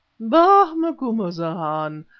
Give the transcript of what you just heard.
bah! macumazahn.